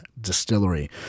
distillery